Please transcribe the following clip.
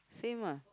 same ah